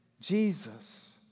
Jesus